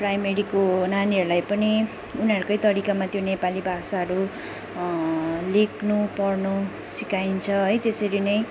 प्राइमेरीको नानीहरूलाई पनि उनीहरूकै तरिकामा त्यो नेपाली भाषाहरू लेख्नु पढ्नु सिकाइन्छ है त्यसरी नै